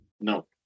No